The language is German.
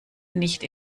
nicht